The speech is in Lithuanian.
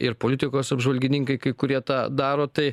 ir politikos apžvalgininkai kai kurie tą daro tai